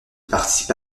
participa